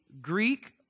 Greek